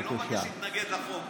אני לא מבקש להתנגד לחוק.